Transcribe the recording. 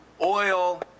Oil